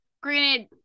granted